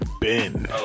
ben